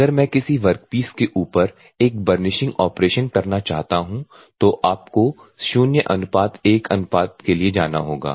अगर मैं किसी वर्कपीस के ऊपर एक बर्निशिंग ऑपरेशन करना चाहता हूं तो आपको 0 1 अनुपात के लिए जाना होगा